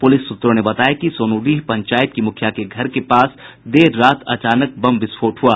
police सूत्रों ने बताया कि सोनूडीह पंचायत की मुखिया के घर के पास देर रात अचानक बम विस्फोट हुआ